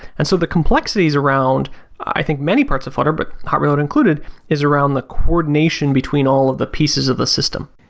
and so the complexities around i think many parts of flutter but hot reload included is around the coordination between all of the pieces of the system.